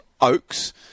Oaks